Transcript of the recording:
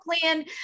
plan